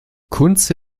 kunze